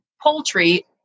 poultry